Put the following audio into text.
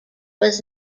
was